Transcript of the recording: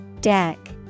Deck